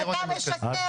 אתה משקר.